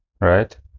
right